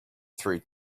through